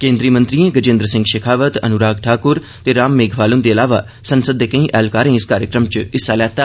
केन्द्रीय मंत्रियें गजेन्द्र सिंह शेखावत अनुराग ठाकुर ते राम मेघवाल हुन्दे इलावा संसद दे केंई एहलकारें इस कार्यक्रम च हिस्सा लेया